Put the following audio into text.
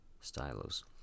Stylus